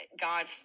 God